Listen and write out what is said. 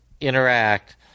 interact